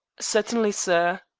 certainly, sir.